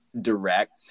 direct